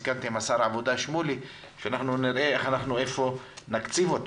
סיכמתי עם שר העבודה שמולי שנראה איך נקציב אותו.